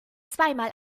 zweimal